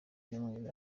cyumweru